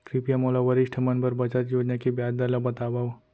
कृपया मोला वरिष्ठ मन बर बचत योजना के ब्याज दर ला बतावव